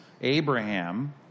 Abraham